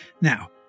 Now